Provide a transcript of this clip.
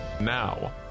Now